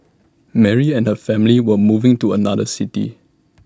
Mary and her family were moving to another city